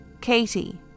Katie